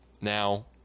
Now